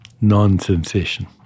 non-sensation